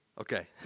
Okay